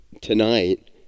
tonight